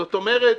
זאת אומרת,